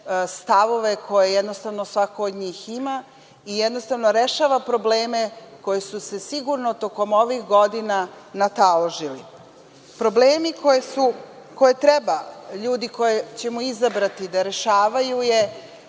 stavove, koje jednostavno svako od njih ima, i jednostavno rešava probleme koji su se sigurno tokom ovih godina nataložili. Problemi koje treba ljudi koje ćemo izabrati da rešavaju